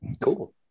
Cool